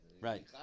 right